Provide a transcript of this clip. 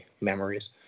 memories